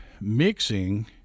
mixing—